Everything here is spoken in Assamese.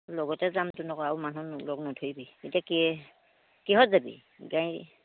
লগতে যাম তোৰ লগত আৰু মানুহ লগ নধৰিবি এতিয়া কেই কিহত যাবি গাড়ী